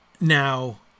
Now